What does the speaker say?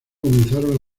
comenzaron